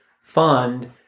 fund